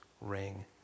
ring